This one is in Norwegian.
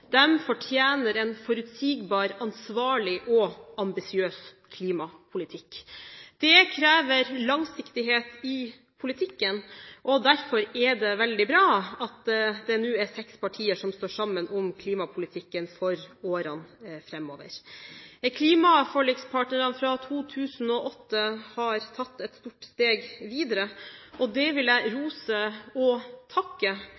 den oppvoksende generasjon, som skal overta kloden etter oss, fortjener en forutsigbar, ansvarlig og ambisiøs klimapolitikk. Det krever langsiktighet i politikken. Derfor er det veldig bra at det nå er seks partier som står sammen om klimapolitikken for årene framover. Klimaforlikspartnerne fra 2008 har tatt et stort steg videre, og det vil jeg rose og takke